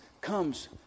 comes